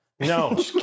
No